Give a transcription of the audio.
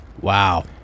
Wow